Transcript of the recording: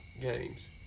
games